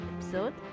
episode